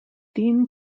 dean